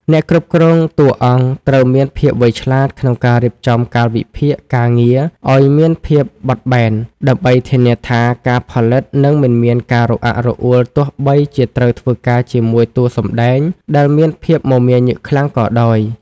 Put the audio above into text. អ្នកគ្រប់គ្រងតួអង្គត្រូវមានភាពវៃឆ្លាតក្នុងការរៀបចំកាលវិភាគការងារឱ្យមានភាពបត់បែន ដើម្បីធានាថាការផលិតនឹងមិនមានការរអាក់រអួលទោះបីជាត្រូវធ្វើការជាមួយតួសម្ដែងដែលមានភាពមមាញឹកខ្លាំងក៏ដោយ។